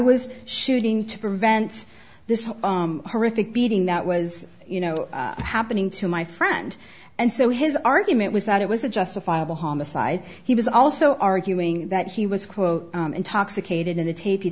was shooting to prevent this horrific beating that was you know happening to my friend and so his argument was that it was a justifiable homicide he was also arguing that he was quote intoxicated in the tape he